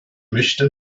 möchte